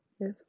Yes